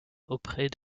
auprès